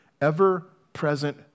ever-present